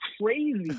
crazy